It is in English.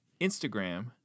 Instagram